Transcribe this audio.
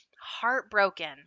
heartbroken